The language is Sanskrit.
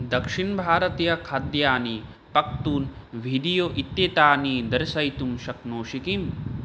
दक्षिणभारतीयखाद्यनि पक्तूल् वीडियो इत्येतानि दर्शयितुं शक्नोषि किम्